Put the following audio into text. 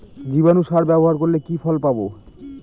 জীবাণু সার ব্যাবহার করলে কি কি ফল পাবো?